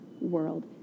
world